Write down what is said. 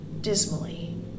dismally